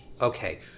Okay